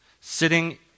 sitting